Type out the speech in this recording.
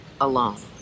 alone